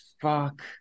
fuck